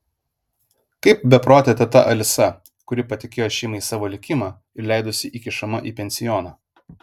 kaip beprotė teta alisa kuri patikėjo šeimai savo likimą ir leidosi įkišama į pensioną